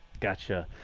gotcha.